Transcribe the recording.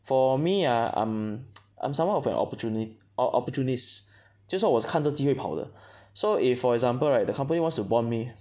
for me ah I'm I'm somewhat of an opportuni~ or~ opportunist 就是说我是看着机会跑的 so if for example right the company wants to bond me